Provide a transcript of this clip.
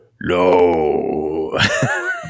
No